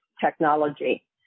technology